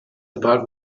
about